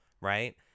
Right